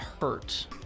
hurt